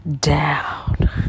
down